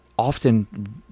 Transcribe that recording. often